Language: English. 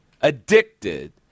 addicted